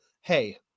hey